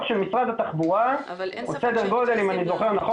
של משרד התחבורה הוא סדר גודל אם אני זוכר נכון,